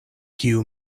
kiu